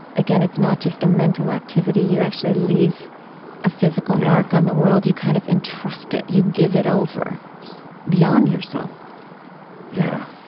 again, it's not just a mental activity you actually leave a physical mark on the world yeah you kind of entrust it. you give it over beyond yourself yeah.